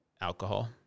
alcohol